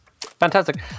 Fantastic